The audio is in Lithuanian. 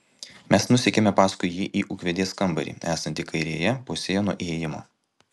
mes nusekėme paskui jį į ūkvedės kambarį esantį kairėje pusėje nuo įėjimo